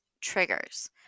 triggers